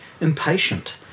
impatient